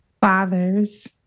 fathers